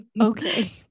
Okay